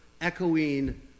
echoing